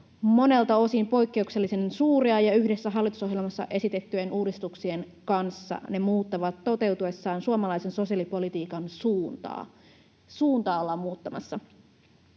monelta osin poikkeuksellisen suuria ja yhdessä hallitusohjelmassa esitettyjen uudistuksien kanssa ne muuttavat toteutuessaan suomalaisen sosiaalipolitiikan suuntaa. Suuntaa ollaan muuttamassa.